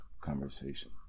conversation